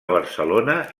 barcelona